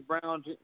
Brown